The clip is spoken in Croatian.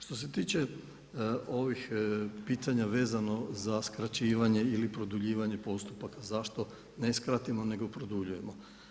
Što se tiče ovih pitanja vezano za skraćivanje ili produljivanja postupaka, zašto ne skratimo nego produljujemo.